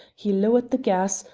he lowered the gas,